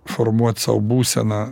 formuot sau būseną